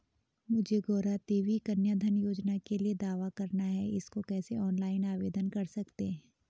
मुझे गौरा देवी कन्या धन योजना के लिए दावा करना है इसको कैसे ऑनलाइन आवेदन कर सकते हैं?